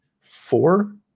four